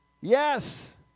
Yes